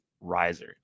riser